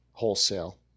wholesale